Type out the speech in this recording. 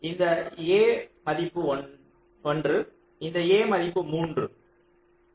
இந்த A மதிப்பு 1 இந்த A மதிப்பு 3